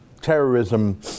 terrorism